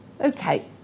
Okay